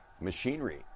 machinery